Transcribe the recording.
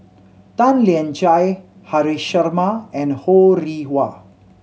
Tan Lian Chye Haresh Sharma and Ho Rih Hwa